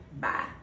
Bye